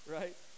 right